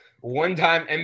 one-time